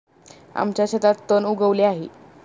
आमच्या शेतात तण उगवले आहे